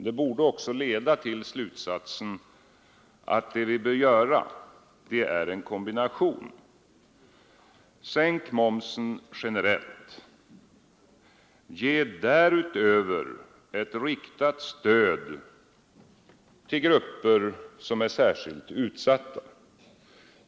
Det borde också leda till slutsatsen att det vi bör göra är en kombination: Sänka momsen generellt och därutöver ge ett riktat stöd till grupper som är särskilt utsatta.